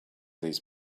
these